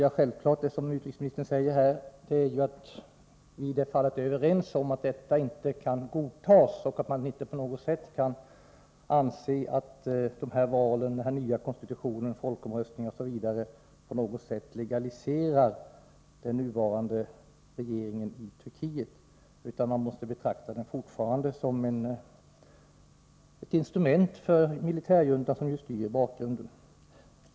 Jag tolkar utrikesministerns svar som att vi är överens om att detta inte kan godtas. Detta är viktigt. Vi anser inte att valen, den nya konstitutionen, folkomröstningen m.m. på något sätt legaliserar den nuvarande regeringen i Turkiet. Vi måste fortfarande betrakta regeringen som ett instrument för den militärjunta som styr i bakgrunden.